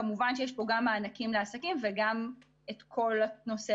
כמובן שיש פה גם מענקים לעסקים וגם את כל הנושא